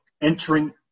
entering